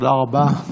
תודה רבה.